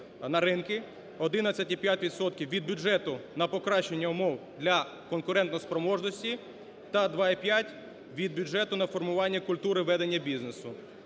від бюджету – на покращення умов для конкурентоспроможності та 2,5 від бюджету – на формування культури ведення бізнесу.